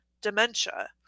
dementia